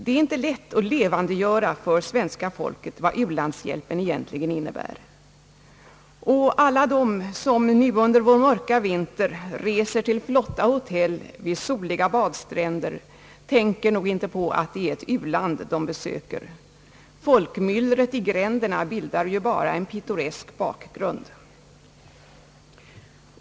Det är inte lätt att levandegöra för svenska folket vad u-landshjälpen egentligen innebär, och alla de som nu under vår mörka vinter reser till flotta hotell vid soliga badstränder tänker nog inte på att det är ett u-land de besöker. Folkmyllret i gränderna bildar ju bara en pittoresk bakgrund.